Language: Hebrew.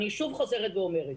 אני שוב חוזרת ואומרת,